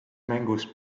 mängus